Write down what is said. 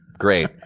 Great